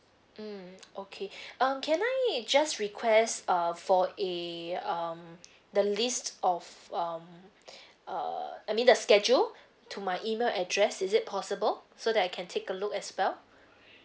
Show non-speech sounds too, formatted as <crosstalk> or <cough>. mm okay <breath> uh can I just request uh for a um the list of um <breath> err I mean the schedule to my email address is it possible so that I can take a look as well